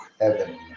heaven